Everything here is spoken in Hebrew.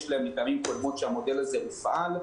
להם מפעמים קודמות שהמודל הזה הופעל,